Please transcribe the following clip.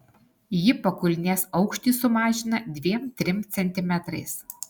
ji pakulnės aukštį sumažina dviem trim centimetrais